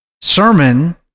sermon